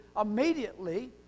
immediately